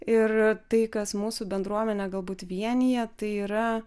ir tai kas mūsų bendruomenę galbūt vienija tai yra